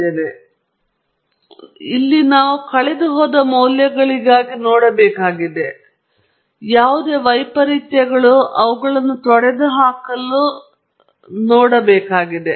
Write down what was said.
ಒಮ್ಮೆ ನಾವು ಡಾಟಾವನ್ನು ಚೆನ್ನಾಗಿ ಅರ್ಥಮಾಡಿಕೊಂಡಿದ್ದೆವು ಮತ್ತು ಇದು ಮಾಡೆಲಿಂಗ್ಗೆ ಸಿದ್ಧವಾಗಿದೆ ಮಾದರಿ ವಿನ್ಯಾಸವನ್ನು ಚೆನ್ನಾಗಿ ತಿಳಿದಿಲ್ಲದಿದ್ದರೆ ನಾವು ಮಾದರಿಯನ್ನು ನಿರ್ಮಿಸಲು ಅಗತ್ಯವಾಗಿ ದೂರ ಹೋಗಬಾರದು ಅಂದರೆ ಇದು ಮೊದಲ ಆದೇಶವೆಂದು ನನಗೆ ತಿಳಿದಿದೆ ಅಥವಾ ಇದು ಒಂದು ರೇಖಾತ್ಮಕ ಮಾದರಿ ರೇಖಾತ್ಮಕವಲ್ಲದ ಮಾದರಿ ಮತ್ತು ಈ ವಿಧದ ಮೇಲೆ ಮತ್ತು ಇದೆಯೆಂದು ನನಗೆ ತಿಳಿದಿದೆ